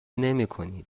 نمیکنید